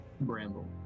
Bramble